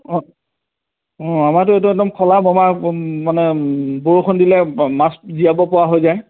অঁ অঁ আমাৰতো এইটো একদম খলা বমা মানে বৰষুণ দিলে মাছ জীয়াব পৰা হৈ যায়